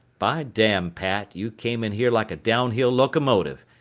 by damn, pat, you came in here like a downhill locomotive,